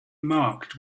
marked